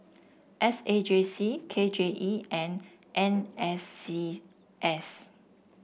S A J C K J E and N S C S